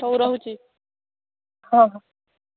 ହଉ ରହୁଛି ହଁ ହଁ